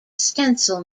stencil